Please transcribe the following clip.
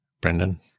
Brendan